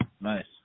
nice